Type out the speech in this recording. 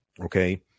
Okay